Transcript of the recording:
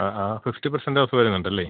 ആ fifty percent offer വരുന്നുണ്ടല്ലേ